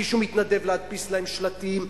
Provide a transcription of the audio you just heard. מישהו מתנדב להדפיס להם שלטים,